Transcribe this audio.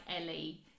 Ellie